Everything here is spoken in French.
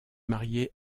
marié